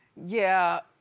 yeah,